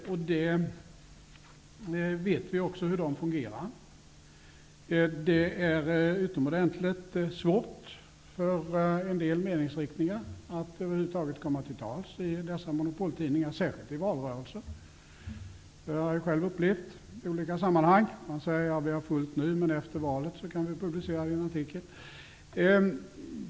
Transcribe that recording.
Vi vet också hur de fungerar. Det är utomordentligt svårt för en del meningsriktningar att över huvud taget komma till tals i dessa monopoltidningar, särskilt i valrörelser. Det har jag själv upplevt i olika sammanhang. Man säger: Vi har fullt nu, men efter valet kan vi publicera din artikel.